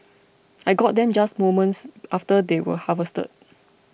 I got them just moments after they were harvested